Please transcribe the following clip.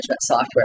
software